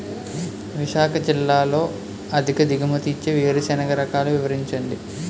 విశాఖ జిల్లాలో అధిక దిగుమతి ఇచ్చే వేరుసెనగ రకాలు వివరించండి?